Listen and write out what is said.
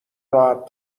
راحت